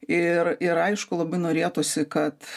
ir ir aišku labai norėtųsi kad